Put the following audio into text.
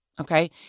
Okay